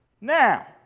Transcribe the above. Now